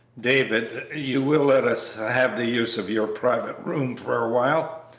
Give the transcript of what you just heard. david, you will let us have the use of your private room for a while?